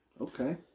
okay